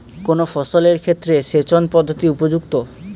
কোন ফসলের ক্ষেত্রে সেচন পদ্ধতি উপযুক্ত?